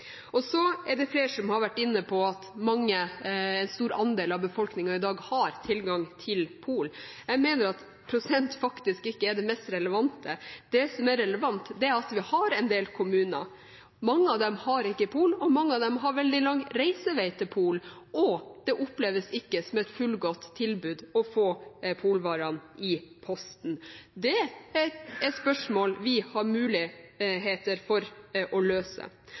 Og så er det flere som har vært inne på at en stor andel av befolkningen i dag har tilgang til pol. Jeg mener at prosent faktisk ikke er det mest relevante. Det som er relevant, er at vi har en del kommuner som ikke har pol, og mange har veldig lang reisevei til pol, og det oppleves ikke som et fullgodt tilbud å få polvarene i posten. Det er et spørsmål vi har mulighet til å løse. Så skjønner jeg Fremskrittspartiets behov for å